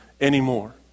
anymore